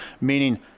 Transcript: Meaning